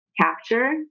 capture